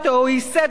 הוא ייסד אותו,